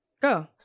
Go